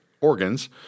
organs